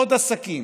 עוד עסקים,